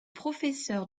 professeur